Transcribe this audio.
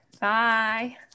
bye